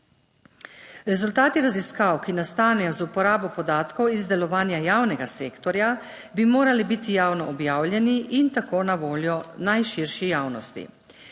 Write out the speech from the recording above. Rezultati raziskav, ki nastanejo z uporabo podatkov iz delovanja javnega sektorja, bi morali biti javno objavljeni in tako na voljo najširši javnosti.